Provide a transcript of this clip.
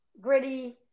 gritty